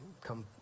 come